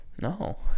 No